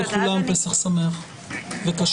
הישיבה ננעלה בשעה 15:30.